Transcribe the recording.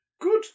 Good